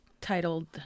titled